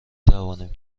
توانیم